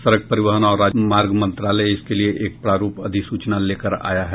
सड़क परिवहन और राजमार्ग मंत्रालय इसके लिए एक प्रारूप अधिसूचना लेकर आया है